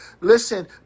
Listen